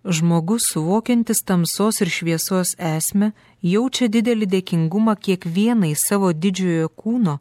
žmogus suvokiantis tamsos ir šviesos esmę jaučia didelį dėkingumą kiekvienai savo didžiojo kūno